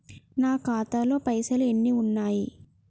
నా ఖాతాలో పైసలు ఎన్ని ఉన్నాయి?